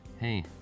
Hey